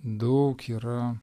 daug yra